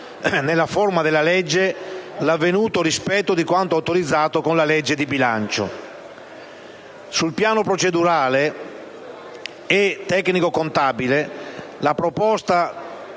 nella forma della legge, l'avvenuto rispetto di quanto autorizzato con la legge di bilancio. Sul piano procedurale e tecnico contabile, la proposta